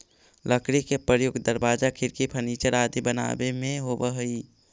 लकड़ी के प्रयोग दरवाजा, खिड़की, फर्नीचर आदि बनावे में होवऽ हइ